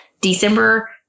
December